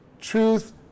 truth